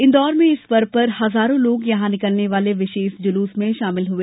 इंदौर में इस पर्व पर हजारों लोग यहां निकलने वाले विशेष जुलूस में शामिल हुए